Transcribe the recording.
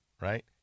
right